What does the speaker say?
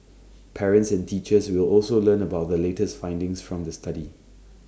parents and teachers will also learn about the latest findings from the study